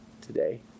today